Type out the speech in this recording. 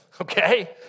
okay